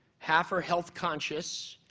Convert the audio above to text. half are health conscious,